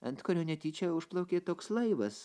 ant kurio netyčia užplaukė toks laivas